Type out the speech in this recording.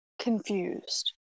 confused